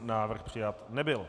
Návrh přijat nebyl.